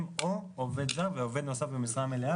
או עובד זר ועובד נוסף במשרה מלאה,